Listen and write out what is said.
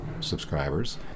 Subscribers